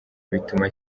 bituma